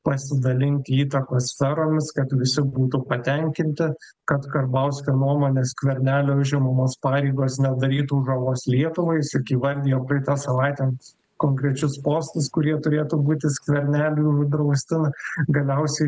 pasidalint įtakos sferomis kad visi būtų patenkinti kad karbauskio nuomone skvernelio užimamos pareigos nedarytų žalos lietuvai jis juk įvardijo praeitą savaitę konkrečius postus kurie turėtų būti skverneliui uždrausti galiausiai vėl